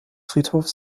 friedhofs